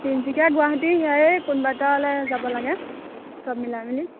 তিনিচুকীয়া গুৱাহাটী সেয়াই কোনোবা এটালৈ যাব লাগে চব মিলাই মেলি